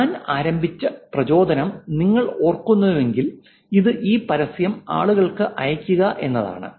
ഞാൻ ആരംഭിച്ച പ്രചോദനം നിങ്ങൾ ഓർക്കുന്നുവെങ്കിൽ ഇത് ഈ പരസ്യം ആളുകൾക്ക് അയയ്ക്കുക എന്നതാണ്